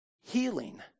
Healing